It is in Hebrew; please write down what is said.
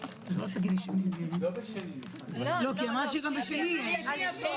צריך להיות כמו בבית חולים אחר שמקבל תקציב,